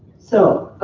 so